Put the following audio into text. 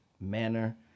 manner